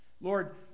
Lord